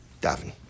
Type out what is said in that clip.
Davin